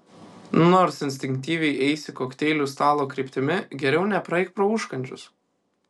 nors instinktyviai eisi kokteilių stalo kryptimi geriau nepraeik pro užkandžius